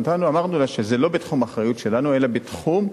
אמרנו לה שזה לא בתחום אחריות שלנו אלא בתחום,